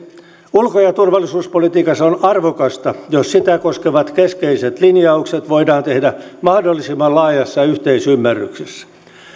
ulko ja turvallisuuspolitiikassa on arvokasta jos sitä koskevat keskeiset linjaukset voidaan tehdä mahdollisimman laajassa yhteisymmärryksessä